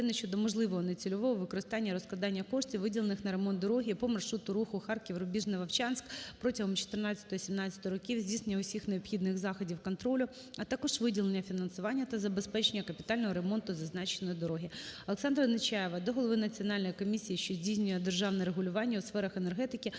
Олександра Нечаєва до голови Національної комісії, що здійснює державне регулювання у сферах енергетики